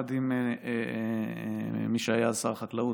יחד עם מי שהיה שר החקלאות,